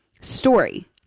story